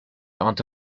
onto